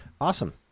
Awesome